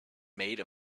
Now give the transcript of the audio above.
made